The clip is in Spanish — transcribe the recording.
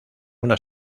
una